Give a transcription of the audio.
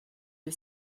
you